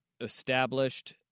established